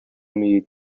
need